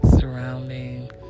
surrounding